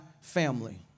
family